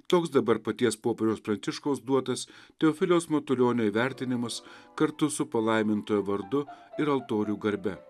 toks dabar paties popiežiaus pranciškaus duotas teofiliaus matulionio įvertinimas kartu su palaimintojo vardu ir altorių garbe